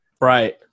right